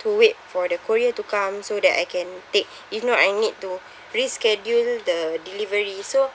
to wait for the courier to come so that I can take if not I need to reschedule the delivery so